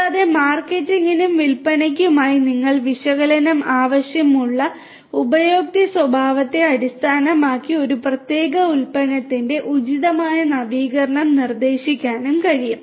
കൂടാതെ മാർക്കറ്റിംഗിനും വിൽപ്പനയ്ക്കുമായി നിങ്ങൾക്ക് വിശകലനം ആവശ്യമുള്ള ഉപയോക്തൃ സ്വഭാവത്തെ അടിസ്ഥാനമാക്കി ഒരു പ്രത്യേക ഉൽപ്പന്നത്തിന്റെ ഉചിതമായ നവീകരണം നിർദ്ദേശിക്കാനും കഴിയും